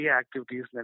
activities